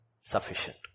sufficient